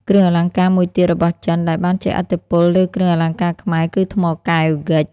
គ្រឿងអលង្ការមួយទៀតរបស់ចិនដែលបានជះឥទ្ធិពលលើគ្រឿងអលង្ការខ្មែរគឺថ្មកែវ (ហ្គិច)។